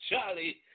Charlie